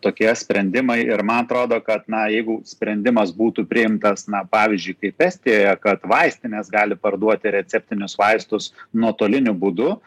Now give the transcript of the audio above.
tokie sprendimai ir man atrodo kad na jeigu sprendimas būtų priimtas na pavyzdžiui kaip estijoje kad vaistinės gali parduoti receptinius vaistus nuotoliniu būdu